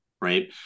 right